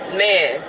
man